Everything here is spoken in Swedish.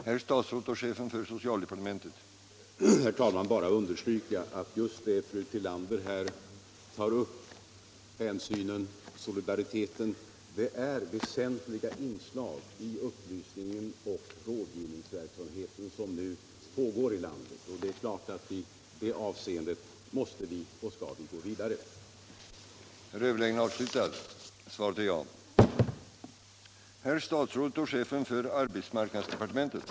Herr talman! Jag vill bara understryka att just det som fru Tillander här tar upp, hänsynen, solidariteten, är väsentliga inslag i den upplysningsoch rådgivningsverksamhet som nu bedrivs i landet. Det är självklart att denna verksamhet måste fortsätta och vidareutvecklas.